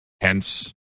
Hence